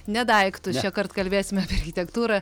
ne daiktus šįkart kalbėsime apie architektūrą